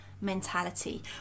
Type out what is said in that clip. mentality